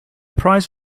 prize